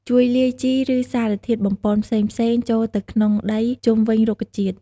ជួយលាយជី ឬសារធាតុបំប៉នផ្សេងៗចូលទៅក្នុងដីជុំវិញរុក្ខជាតិ។